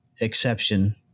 exception